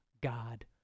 God